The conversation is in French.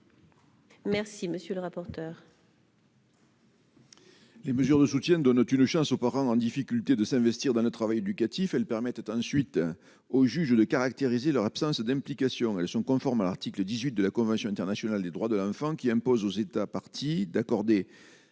Merci, monsieur le rapporteur.